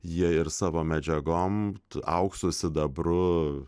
jie ir savo medžiagom auksu sidabru